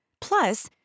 Plus